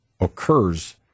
occurs